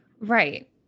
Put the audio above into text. Right